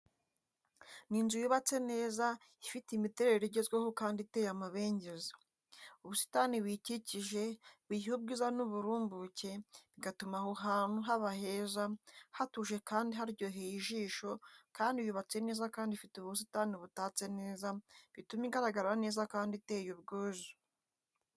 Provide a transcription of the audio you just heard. Ni inzu yubatse neza, ifite imiterere igezweho kandi iteye amabengeza. Ubusitani buyikikije buyiha ubwiza n’uburumbuke, bigatuma aho hantu haba heza, hatuje kandi haryoheye ijisho kandi yubatse neza kandi ifite ubusitani butatse neza, bituma igaragara neza kandi iteye ubwuzu.